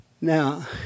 Now